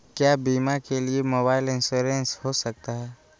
क्या बीमा के लिए मोबाइल इंश्योरेंस हो सकता है?